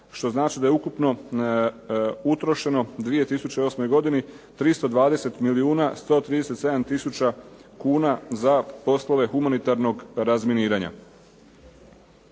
što znači da je ukupno utrošeno u 2008. godini 320 milijuna 137 tisuća kuna za poslove humanitarnog razminiranja.